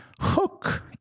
hook